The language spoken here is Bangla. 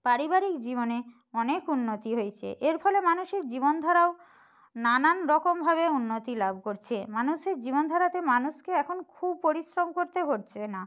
পারিবারিক জীবনে অনেক উন্নতি হয়েছে এর ফলে মানুষের জীবনধারাও নানান রকমভাবে উন্নতি লাভ করছে মানুষের জীবনধারাতে মানুষকে এখন খুব পরিশ্রম করতে হচ্ছে না